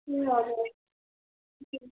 ए हजुर